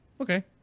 okay